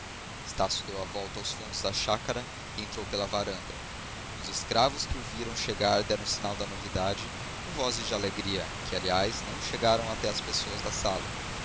estácio deu volta aos fundos da chácara e entrou pela varanda os escravos que o viram chegar deram sinal da novidade com vozes de alegria que aliás não chegaram até pessoas da sala